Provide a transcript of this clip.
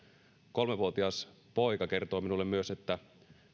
kolmevuotias poika kertoi minulle myös että